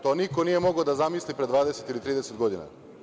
To niko nije mogao da zamisli pre 20 ili 30 godina.